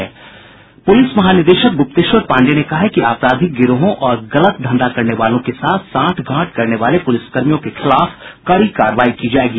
प्रलिस महानिदेशक गुप्तेश्वर पांडेय ने कहा है कि आपराधिक गिरोहों और गलत धंधा करने वाले के साथ साठ गांठ करने वाले पुलिस कर्मियों के खिलाफ कड़ी कार्रवाई की जायेगी